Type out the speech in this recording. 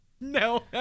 No